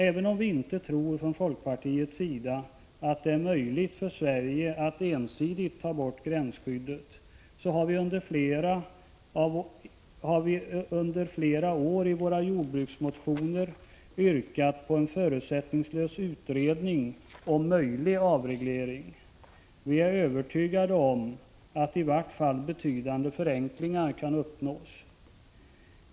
Även om vi från folkpartiets sida inte tror att det är möjligt för Sverige att ensidigt ta bort gränsskyddet, så har vi under flera år i våra jordbruksmotioner yrkat på en förutsättningslös utredning om möjlig avreglering. Vi är övertygade om att i vart fall betydande förenklingar kan uppnås.